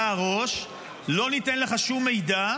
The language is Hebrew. אתה הראש, לא ניתן לך שום מידע.